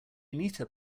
anita